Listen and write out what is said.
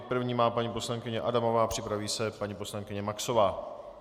První má paní poslankyně Adamová, připraví se paní poslankyně Maxová.